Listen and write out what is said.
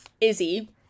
Izzy